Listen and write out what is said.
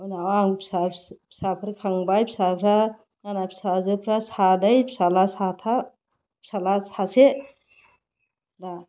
उनाव आं फिसा फिसाफोर खांबाय फिसाफोरा आंना फिसाजोफोरा सानै फिसाज्ला सासे दा